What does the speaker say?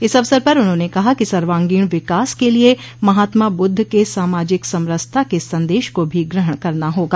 इस अवसर पर उन्होंने कहा कि सर्वांगीण विकास के लिये महात्मा बुद्ध के सामाजिक समरसता के संदेश को भी ग्रहण करना होगा